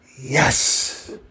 Yes